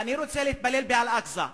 אני רוצה להתפלל באל-אקצא,